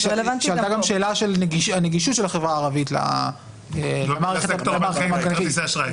כשעלתה גם שאלה של הנגישות של החברה הערבית לכרטיסי אשראי.